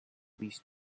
least